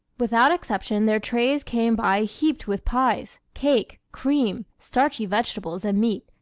without exception their trays came by heaped with pies, cake, cream, starchy vegetables and meat,